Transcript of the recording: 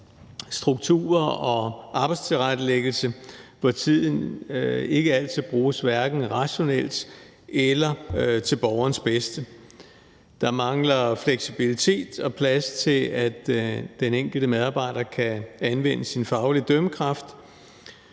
strukturer og arbejdstilrettelæggelse, hvor tiden ikke altid bruges hverken rationelt eller til borgerens bedste. Der mangler fleksibilitet og plads til, at den enkelte medarbejder kan anvende sin faglige dømmekraft.